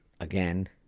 again